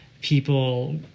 people